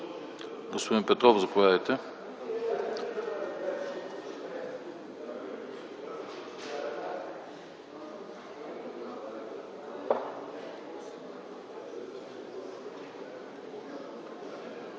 Господин Петров, заповядайте.